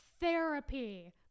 therapy